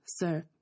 sir